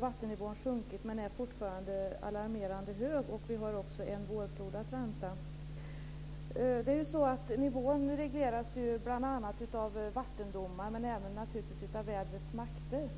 vattennivån sjunkit men är fortfarande alarmerande hög. Vi har också en vårflod att vänta. Nivån regleras bl.a. av vattendomar, men naturligtvis även av vädrets makter.